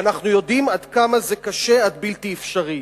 ואנחנו יודעים עד כמה זה קשה עד בלתי אפשרי.